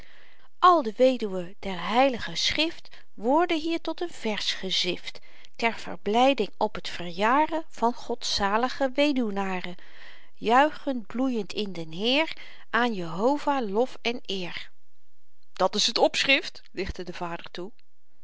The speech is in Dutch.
al de weduwen der heilige schrift worden hier tot een vers gezift ter verblyding op t verjaren van godzalige weduwnaren juichend bloeiend in den heer aan jehovah lof en eer dat is t opschrift lichtte de vader toe